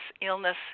illness